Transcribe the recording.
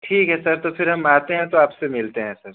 ठीक है सर तो फ़िर हम आते हैं तो आपसे मिलते हैं सर